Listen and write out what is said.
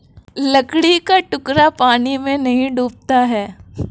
लकड़ी का टुकड़ा पानी में नहीं डूबता है